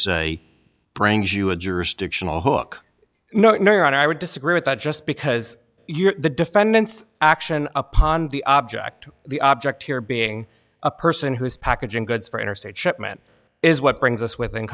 say brings you a jurisdictional hook and i would disagree with that just because you're the defendant's action upon the object the object here being a person who's packaging goods for interstate shipment is what brings us within